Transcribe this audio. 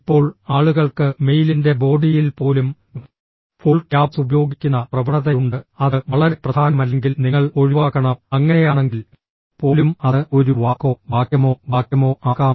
ഇപ്പോൾ ആളുകൾക്ക് മെയിലിന്റെ ബോഡിയിൽ പോലും ഫുൾ ക്യാപ്സ് ഉപയോഗിക്കുന്ന പ്രവണതയുണ്ട് അത് വളരെ പ്രധാനമല്ലെങ്കിൽ നിങ്ങൾ ഒഴിവാക്കണം അങ്ങനെയാണെങ്കിൽ പോലും അത് ഒരു വാക്കോ വാക്യമോ വാക്യമോ ആകാം